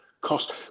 cost